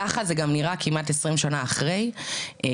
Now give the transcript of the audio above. ככה זה גם נראה כמעט 20 שנה אחרי כשאני